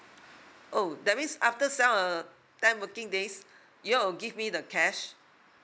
oh that means after sev~ uh ten working days you all will give me the cash